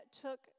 took